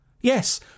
Yes